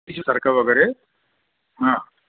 तिशीसारखं वगैरे हां